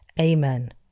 Amen